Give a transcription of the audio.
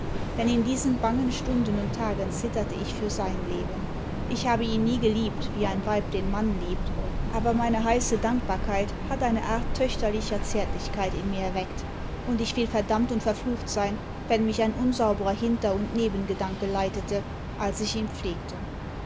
denn in diesen bangen stunden und tagen zitterte ich für sein leben ich habe ihn nie geliebt wie ein weib den mann liebt aber meine heiße dankbarkeit hat eine art töchterlicher zärtlichkeit in mir erweckt und ich will verdammt und verflucht sein wenn mich ein unsauberer hinter und nebengedanke leitete als ich ihn pflegte